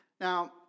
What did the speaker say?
Now